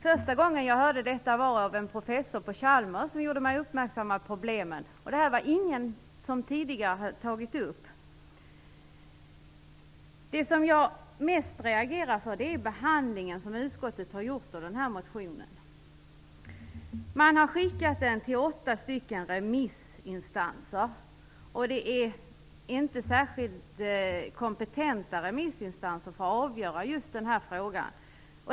Jag hörde detta för första gången av en professor på Chalmers. Han gjorde mig uppmärksam på problemen. Det var ingen som hade tagit upp det tidigare. Jag reagerar mest över utskottets behandling av den här motionen. Man har skickat den till åtta remissinstanser. Dessa remissinstanser är inte särskilt kompetenta för att avgöra den här frågan.